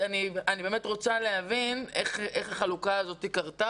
אני באמת רוצה להבין איך החלוקה הזאת קרתה